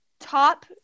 top